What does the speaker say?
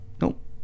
Nope